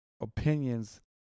opinions